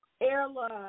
airline